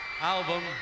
album